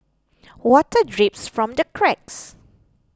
water drips from the cracks